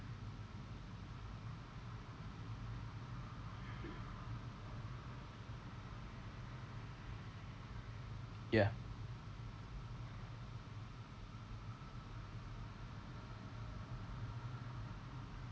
ya